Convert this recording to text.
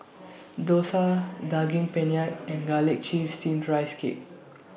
Dosa Daging Penyet and Garlic Chives Steamed Rice Cake